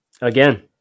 Again